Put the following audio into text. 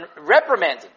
reprimanding